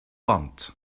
bont